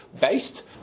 based